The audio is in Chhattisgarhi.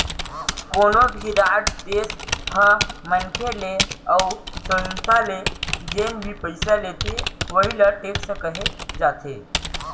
कोनो भी राज, देस ह मनसे ले अउ संस्था ले जेन भी पइसा लेथे वहीं ल टेक्स कहे जाथे